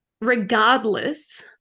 regardless